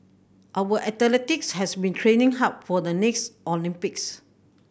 our athletes have been training hard for the next Olympics